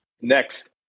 next